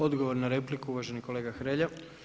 Odgovor na repliku, uvaženi kolega Hrelja.